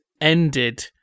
ended